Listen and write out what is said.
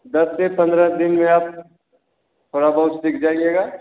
दस से पंद्रह दिन में आप थोड़ा बहुत सीख जाइएगा